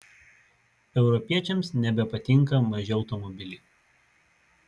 europiečiams nebepatinka maži automobiliai